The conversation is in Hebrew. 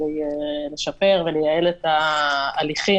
כדי לשפר ולייעל את ההליכים,